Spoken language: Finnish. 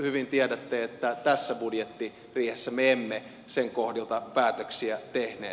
hyvin tiedätte että tässä budjettiriihessä me emme sen kohdilta päätöksiä tehneet